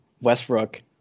Westbrook